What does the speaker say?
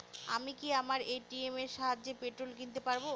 আমি কি আমার এ.টি.এম এর সাহায্যে পেট্রোল কিনতে পারব?